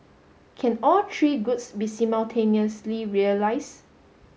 can all three goods be simultaneously realise